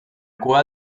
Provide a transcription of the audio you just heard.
cua